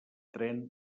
tren